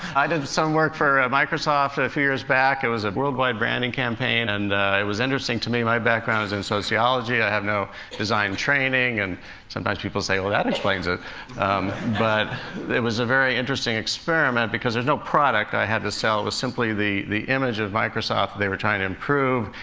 i did some work for microsoft a few years back. it was a worldwide branding campaign. and it was interesting to me my background is in sociology i had no design training, and sometimes people say, well, that explains it but it was a very interesting experiment because there's no product that i had to sell it was simply the the image of microsoft they were trying to improve.